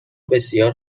بسیار